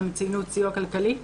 הם ציינו סיוע כלכלי,